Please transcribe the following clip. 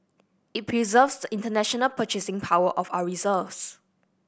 it preserves the international purchasing power of our reserves